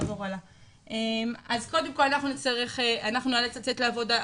אז קודם כל, אנחנו נאלץ לצאת מהעבודה.